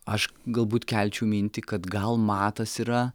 aš galbūt kelčiau mintį kad gal matas yra